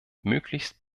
möglichst